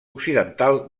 occidental